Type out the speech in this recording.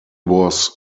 was